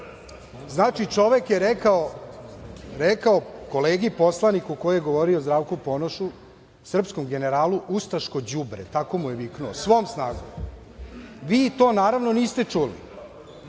čovek je rekao kolegi poslaniku koji je govorio o Zdravku Ponošu, srpskom generalu - ustaško đubre, tako mu je viknuo svom snagom. Vi to naravno niste čuli,